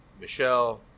Michelle